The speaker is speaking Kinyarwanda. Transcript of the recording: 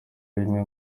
rimwe